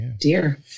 dear